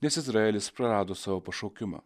nes izraelis prarado savo pašaukimą